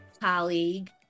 colleague